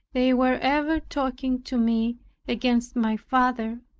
they were ever talking to me against my father,